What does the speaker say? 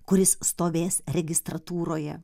kuris stovės registratūroje